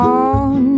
on